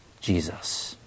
Jesus